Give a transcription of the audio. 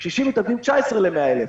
ואילו קשישים מתאבדים בשיעור של 19:100,000,